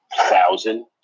Thousand